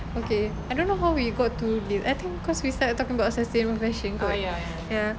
okay I don't know how we got to this I think cause we started talking about sustainable fashion ya